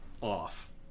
off